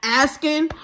asking